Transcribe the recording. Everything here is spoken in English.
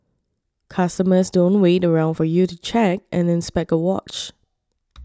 customers don't wait around for you to check and inspect a watch